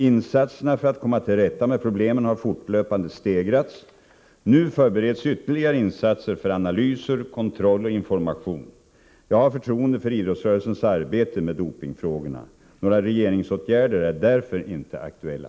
Insatserna för att komma till rätta med problemen har fortlöpande stegrats. Nu förbereds ytterligare insatser för analyser, kontroll och information. Jag har förtroende för idrottsrörelsens arbete med dopingfrågorna. Några regeringsåtgärder är därför inte aktuella.